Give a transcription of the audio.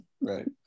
right